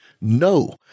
No